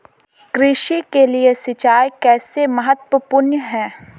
कृषि के लिए सिंचाई कैसे महत्वपूर्ण है?